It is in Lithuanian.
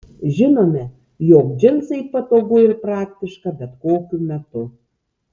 žinome jog džinsai patogu ir praktiška bet kokiu metu